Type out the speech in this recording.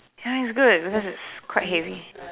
ya it's good cause it's quite heavy